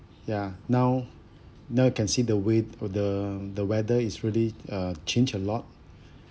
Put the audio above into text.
ya now now we can see the weath~ the the weather is really uh change a lot